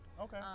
Okay